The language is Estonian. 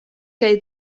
käi